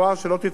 בנוסף,